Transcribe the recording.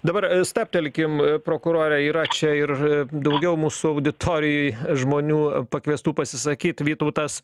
dabar stabtelkim prokurore yra čia ir daugiau mūsų auditorijoj žmonių pakviestų pasisakyt vytautas